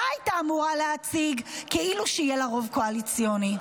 הייתה אמורה להציג כאילו יהיה לה רוב קואליציוני.